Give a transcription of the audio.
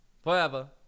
Forever